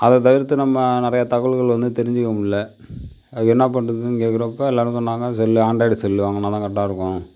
அதை தவிர்த்து நம்ம நிறையாத் தகவல்கள் வந்து தெரிஞ்சிக்கமுடில அதுக்கு என்னாப் பண்ணுறதுனு கேட்குறப்ப எல்லோரும் சொன்னாங்க செல் ஆண்ட்ராய்டு செல்லு வாங்கினாதான் கரெக்ட்டா இருக்கும்